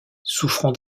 souffrant